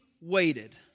waited